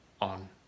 on